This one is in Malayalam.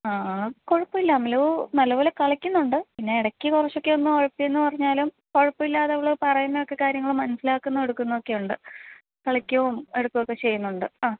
ആ ആ കുഴപ്പമില്ല അമലു നല്ലപോലെ കളിക്കുന്നുണ്ട് പിന്നെ ഇടയ്ക്ക് കുറച്ചൊക്കെയൊന്ന് ഉഴപ്പിയെന്ന് പറഞ്ഞാലും കുഴപ്പമില്ലാതവല് പറയുന്നൊക്കെ കാര്യങ്ങള് മനസിലാക്കുന്നു എടുക്കുന്നുമൊക്കെ ഉണ്ട് കളിക്കുകയും എടുക്കുകയുമൊക്കെ ചെയ്യുന്നുണ്ട് അ